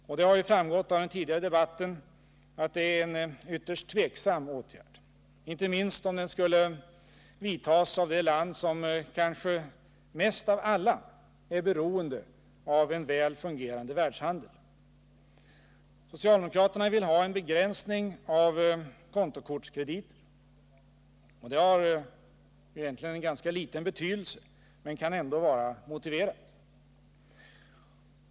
Som framgått av den tidigare debatten är detta en ytterst tveksam åtgärd, inte minst om den skulle vidtas av det land som kanske mest av alla är beroende av en väl fungerande världshandel. Socialdemokraterna vill ha en begränsning av kontokortskrediter. Det har egentligen en ganska liten betydelse, men kan ändå vara motiverat.